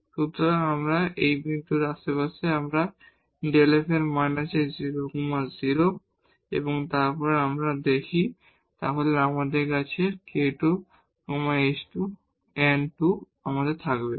সুতরাং এই বিন্দুর আশেপাশে আমাদের এই Δ f এর মান আছে 0 0 এবং তারপর আমরা তৈরি করতে পারি আমরা এই টার্মটিকে প্রথম টার্ম হিসাবে পুনর্লিখন করতে পারি যদি আমরা দেখি তাহলে আমাদের আছে 2